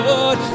Lord